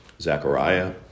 Zechariah